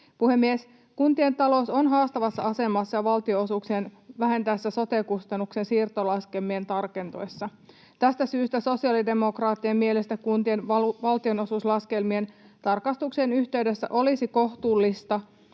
Puhemies! Kuntien talous on haastavassa asemassa valtionosuuksien vähentyessä sote-kustannuksien siirtolaskelmien tarkentuessa. Tästä syystä sosiaalidemokraattien mielestä kuntien valtionosuuslaskelmien tarkastuksen yhteydessä olisi kohtuullista,